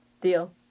deal